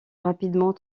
rapidement